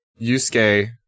Yusuke